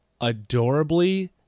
adorably